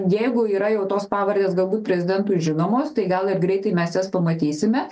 jeigu yra jau tos pavardės galbūt prezidentui žinomos tai gal ir greitai mes jas pamatysime